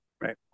right